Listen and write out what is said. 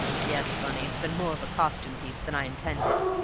yes, bunny, it's been more of a costume piece than i intended,